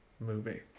movie